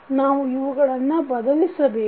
ನಾವು ಇವುಗಳನ್ನು ಬದಲಿಸಬೇಕು